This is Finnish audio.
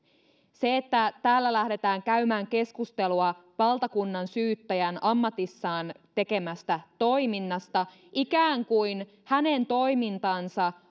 se että täällä lähdetään käymään keskustelua valtakunnansyyttäjän ammatissaan tekemästä toiminnasta ikään kuin hänen toimintansa